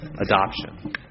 adoption